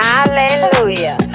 Hallelujah